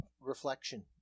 Reflection